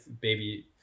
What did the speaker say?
Baby